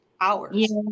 hours